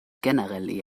generell